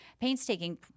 painstaking